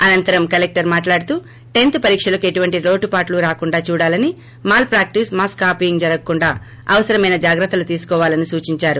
అనంతరం కలెక్టర్ మాట్లాడుతూ టెన్త్ పరీక్షలకు ఎటువంటి లోటుపాట్లు రాకుండా చూడాలని మాల్ ప్రాక్టీస్ మాస్ కాపీయింగ్ జరగకుండా అవసరమైన జాగ్రత్తలు తీసుకోవాలని సూచించారు